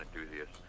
enthusiast